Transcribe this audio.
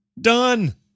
Done